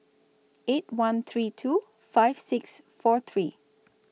eight one three two five six four three